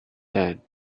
that